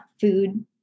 food